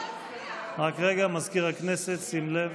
מזכיר הכנסת, שים לב.